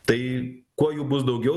tai kuo jų bus daugiau